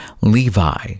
Levi